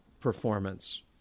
performance